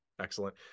excellent